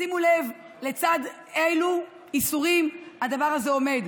תשימו לב לצד אילו איסורים הדבר זה עומד.